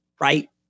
right